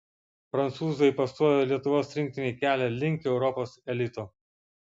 prancūzai pastojo lietuvos rinktinei kelią link europos elito